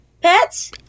pets